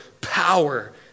power